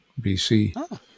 BC